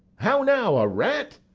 how now? a rat?